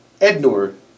Ednor